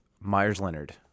Myers-Leonard